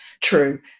true